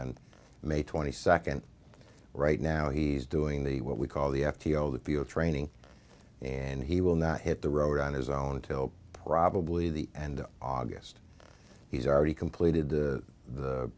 on may twenty second right now he's doing the what we call the f t o the field training and he will not hit the road on his own until probably the and august he's already completed the